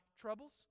troubles